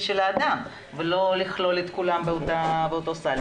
של האדם ולא לכלול את כולם באותו סל.